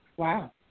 Wow